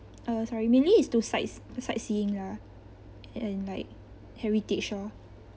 uh sorry mainly is to sights~ sightseeing lah and like heritage lor